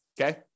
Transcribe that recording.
okay